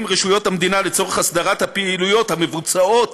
רשויות המדינה לצורך הסדרת הפעילויות המבוצעות